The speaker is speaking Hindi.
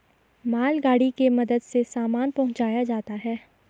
मालगाड़ी के मदद से सामान पहुंचाया जाता है